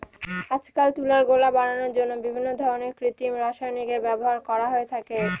আজকাল তুলার গোলা বানানোর জন্য বিভিন্ন ধরনের কৃত্রিম রাসায়নিকের ব্যবহার করা হয়ে থাকে